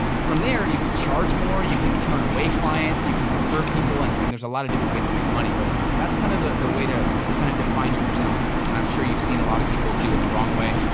from there, you can charge more, you can turn away clients, you can refer people, and and there's a lot of different ways to make money, but that's kind of kinda the way to kind of define your persona, and i'm sure you've seen a lot of people do it the wrong way.